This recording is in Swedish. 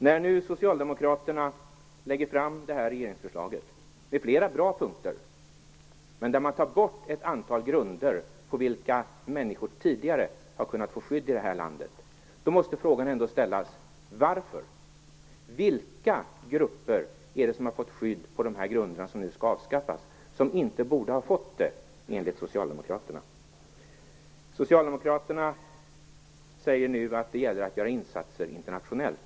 När nu Socialdemokraterna lägger fram det här regeringsförslaget - det finns förvisso flera bra punkter där - och tar bort ett antal grunder på vilka människor tidigare har kunnat få skydd i vårt land måste jag fråga: Varför? Vilka grupper är det som har fått skydd på de grunder som nu skall avskaffas och som inte borde ha fått det enligt Socialdemokraterna? Socialdemokraterna säger nu att det gäller att göra insatser internationellt.